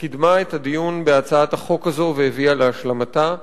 קידמה את הדיון בהצעת החוק הזו והביאה להשלמתה.